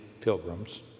pilgrims